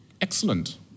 excellent